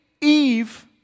Eve